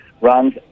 runs